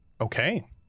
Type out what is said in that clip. Okay